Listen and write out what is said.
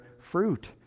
fruit